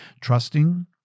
Trusting